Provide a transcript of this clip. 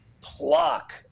pluck